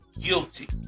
guilty